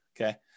okay